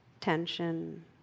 tension